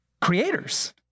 creators